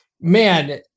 man